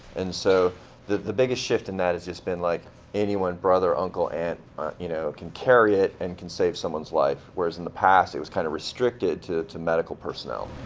and so the the biggest shift in that has just been like anyone brother, uncle, aunt you know can carry it, and can save someone's life, whereas in the past it was kind of restricted to to medical personnel.